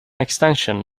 extension